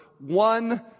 One